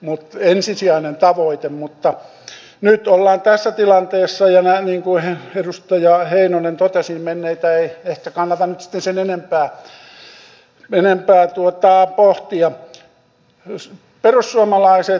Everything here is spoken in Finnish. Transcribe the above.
mutta nyt ollaan tässä tilanteessa ja niin kuin edustaja heinonen totesi menneitä ei ehkä kannata nyt sitten sen enempää pohtia